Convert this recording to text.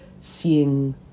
seeing